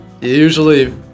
usually